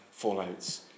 fallouts